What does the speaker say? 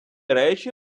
речі